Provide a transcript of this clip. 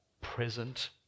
present